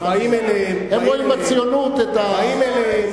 הם רואים בציונות את בחוץ-לארץ,